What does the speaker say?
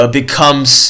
becomes